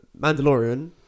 Mandalorian